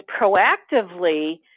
proactively